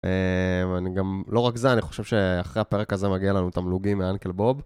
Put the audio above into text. אני גם, לא רק זה, אני חושב שאחרי הפרק הזה מגיע לנו את תמלוגים מאנקל בוב.